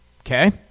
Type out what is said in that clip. Okay